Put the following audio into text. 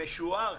משוער,